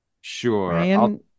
Sure